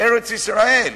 בארץ-ישראל,